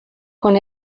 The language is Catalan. quan